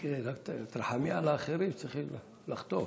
רק תרחמי על האחרים שצריכים לחטוף.